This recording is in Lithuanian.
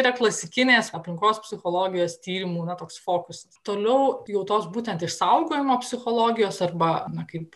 yra klasikinės aplinkos psichologijos tyrimų na toks fokusas toliau jau tos būtent išsaugojimo psichologijos arba na kaip